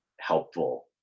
helpful